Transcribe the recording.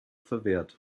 verwehrt